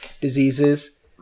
diseases